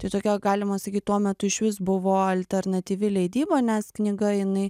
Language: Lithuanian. tai tokia galima sakyt tuo metu išvis buvo alternatyvi leidyba nes knyga jinai